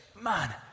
Man